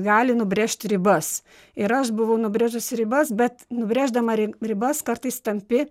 gali nubrėžti ribas ir aš buvau nubrėžusi ribas bet nubrėždama ribas kartais tampi